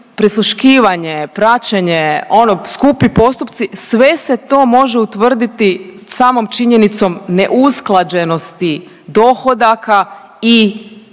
prisluškivanje, praćenje ono skupi postupci sve se to može utvrditi samom činjenicom neusklađenosti dohodaka i imovine.